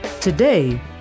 Today